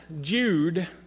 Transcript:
Jude